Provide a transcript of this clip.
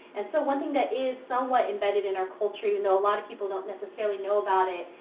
and so, one thing that is somewhat embedded in our culture even though a lot of people don't necessarily know about it,